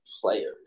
players